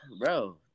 bro